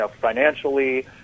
financially